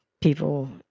People